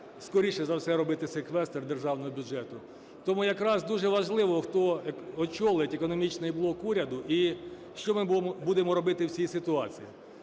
скоріше за все робити секвестр державного бюджету. Тому якраз дуже важливо, хто очолить економічний блок уряду і що ми будемо робити в цій ситуації.